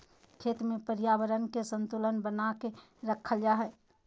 खेत में पर्यावरण के संतुलन बना के रखल जा हइ